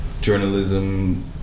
journalism